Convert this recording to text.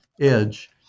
edge